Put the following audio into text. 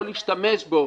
לא להשתמש בו.